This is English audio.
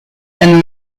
and